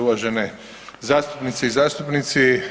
uvažene zastupnice i zastupnici.